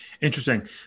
Interesting